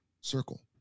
circle